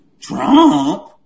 Trump